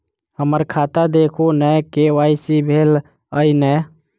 हम्मर खाता देखू नै के.वाई.सी भेल अई नै?